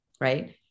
right